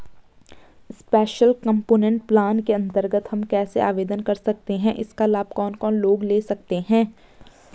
Special component plan के अन्तर्गत हम कैसे आवेदन कर सकते हैं इसका लाभ कौन कौन लोग ले सकते हैं?